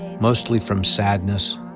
mostly from sadness,